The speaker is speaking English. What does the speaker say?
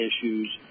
issues